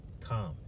come